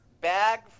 bag